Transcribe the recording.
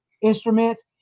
instruments